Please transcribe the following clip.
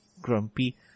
grumpy